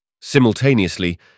simultaneously